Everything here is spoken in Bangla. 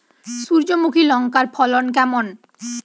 সূর্যমুখী লঙ্কার ফলন কেমন?